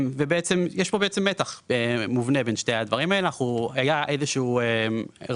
יש פה מתח מובנה בין שני הדברים האלה: היה איזה שהוא רצון